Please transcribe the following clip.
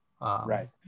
Right